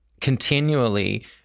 continually